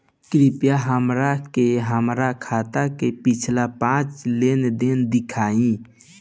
कृपया हमरा के हमार खाता के पिछला पांच लेनदेन देखाईं